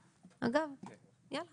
אגב, חסן עדיין איתנו?